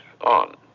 on